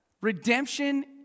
Redemption